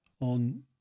on